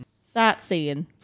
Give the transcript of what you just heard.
sightseeing